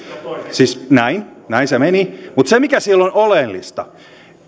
siis näin näin se meni mutta se mikä siellä on oleellista on se että